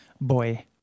boy